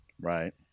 Right